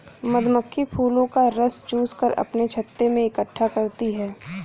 मधुमक्खी फूलों का रस चूस कर अपने छत्ते में इकट्ठा करती हैं